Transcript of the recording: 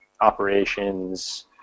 operations